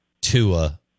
Tua